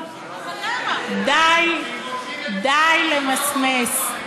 די למסמס.